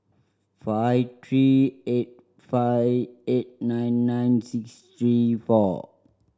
five three eight five eight nine nine six three four